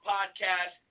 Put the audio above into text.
Podcast